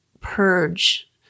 purge